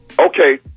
Okay